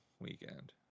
weekend